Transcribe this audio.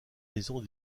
maison